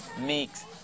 mix